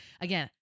again